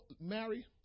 marry